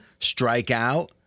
strikeout